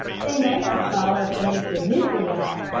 they may have solid or liquid nuclei,